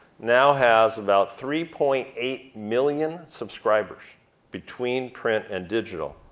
now has about three point eight million subscribers between print and digital,